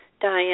Diane